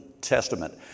Testament